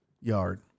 yard